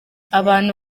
abantu